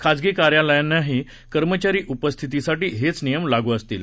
खाजगी कार्यालयांनाही कर्मचारी उपस्थितीसाठी हेच नियम लागू असतील